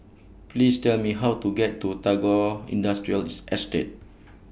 Please Tell Me How to get to Tagore Industrials Estate